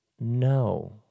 No